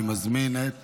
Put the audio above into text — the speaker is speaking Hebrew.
אני מזמין את